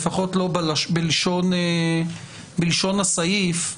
לפחות לא בלשון הסעיף,